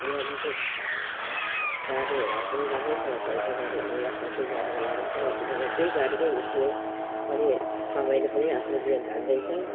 यहाँ विशेष गाडी घोडाहरू पनि राम्रैसँग चल्छ गाडीहरू कतै जानुको लागि त कतिपयले त्यही गाडीकै उयोले अनि कमाइले पनि आफ्नो जीवन धान्दै छ